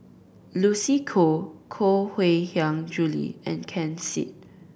Lucy Koh Koh Mui Hiang Julie and Ken Seet